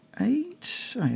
eight